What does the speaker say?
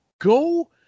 go